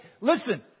Listen